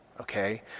okay